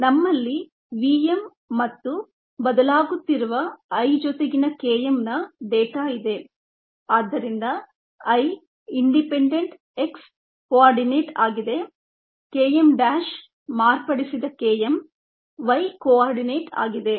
ನಮ್ಮಲ್ಲಿVm ಮತ್ತುಬದಲಾಗುತ್ತಿರುವ I ಜೊತೆಗಿನ Km ನ ಡೇಟಾ ಇದೆ ಆದ್ದರಿಂದ I ಇಂಡಿಪೆಂಡೆಂಟ್ x ಕೋಆರ್ಡಿನೇಟ್ ಆಗಿದೆ Kmʹ ಮಾರ್ಪಡಿಸಿದ Km y ಕೋಆರ್ಡಿನೇಟ್ ಆಗಿದೆ